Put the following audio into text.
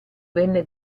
venne